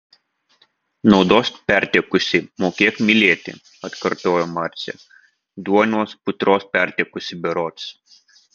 naudos pertekusi mokėk mylėti atkartojo marcė duonos putros pertekusi berods